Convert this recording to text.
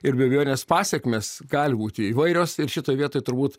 ir be abejonės pasekmės gali būti įvairios ir šitoj vietoj turbūt